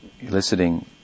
eliciting